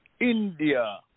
India